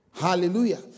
Hallelujah